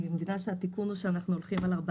בהמשך לדברים שאמר כאן היושב ראש ולמעשה אם אינני